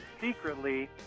secretly